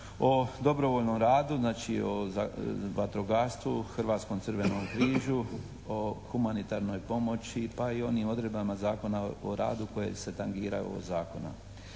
o dobrovoljnom radu, znači o vatrogastvu, Hrvatskom crvenom križu, o humanitarnoj pomoći pa i onim odredbama Zakona o radu koji se tangira ovog zakona.